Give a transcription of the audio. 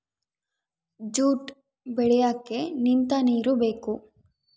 jute ಬೆಳಿಯಕ್ಕೆ ನಿಂತ ನೀರು ಬೇಕು